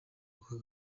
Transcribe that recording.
uko